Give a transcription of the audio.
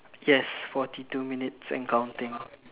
yes forty two minutes and counting